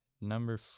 Number